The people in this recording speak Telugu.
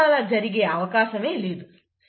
అసలు జరిగే అవకాశం లేదు